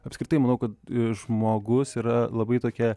apskritai manau kad žmogus yra labai tokia